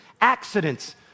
accidents